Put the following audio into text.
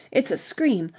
it's a scream.